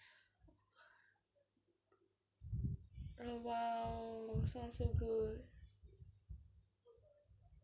oh !wow! sounds so good